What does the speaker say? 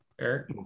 eric